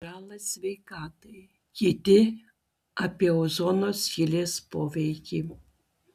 žalą sveikatai kiti apie ozono skylės poveikį